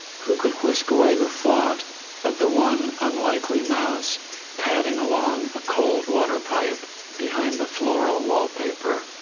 who could whisk away the thought of the one unlikely mouse padding along a cold water pipe behind the floral wallpaper,